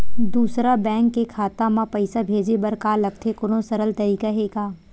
दूसरा बैंक के खाता मा पईसा भेजे बर का लगथे कोनो सरल तरीका हे का?